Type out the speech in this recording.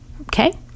Okay